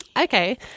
Okay